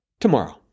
tomorrow